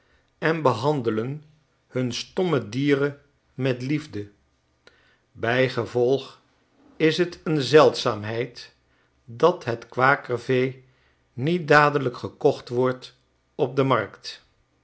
en behandelen hun stomme dieren met liefde bijgevolg is j t een zeldzaamheid dat het kwakervee niet dadelijk gekocht wordt op de markt